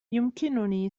يمكنني